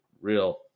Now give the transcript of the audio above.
real